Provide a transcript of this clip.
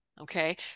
okay